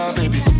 baby